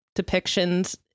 depictions